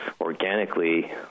organically